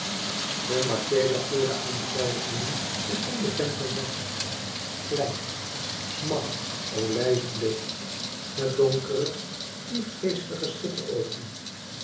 de marchesa voerde aan hare zijde binnen een onbekend jongmensch klein smal olijfbleek met donkere vif geestige schitteroogen